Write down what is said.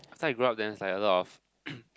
after I grow up then it's like a lot of